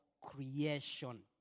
creation